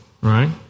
right